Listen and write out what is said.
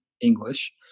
English